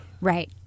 Right